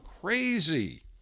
crazy